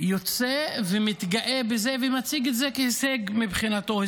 יוצא ומתגאה בזה, ומציג את זה כהישג מבחינתו.